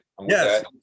Yes